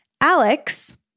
Alex